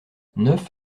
neuf